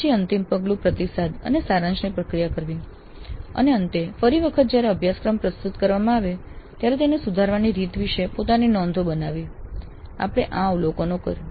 પછી અંતિમ પગલું પ્રતિસાદ અને સારાંશની પ્રક્રિયા કરવી અને અંતે ફરી વખત જ્યારે અભ્યાસક્રમ પ્રસ્તુત કરવામાં આવે ત્યારે તેને સુધારવાની રીતો વિશે પોતાને નોંધો બનાવવી આપણે આ અવલોકન કર્યું